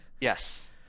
Yes